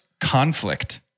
conflict—